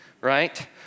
right